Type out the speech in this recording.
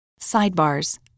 Sidebars